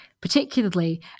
particularly